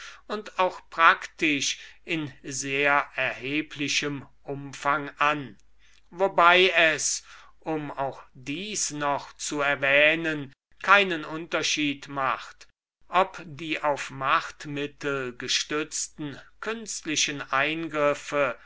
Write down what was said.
und auch praktisch in sehr erheblichem umfang an wobei es um auch dies noch zu erwähnen keinen unterschied macht ob die auf machtmittel gestützten künstlichen eingriffe